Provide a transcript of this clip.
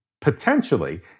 potentially